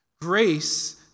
Grace